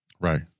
Right